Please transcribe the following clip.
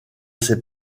ses